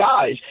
guys –